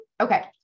Okay